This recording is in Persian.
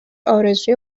ارزوی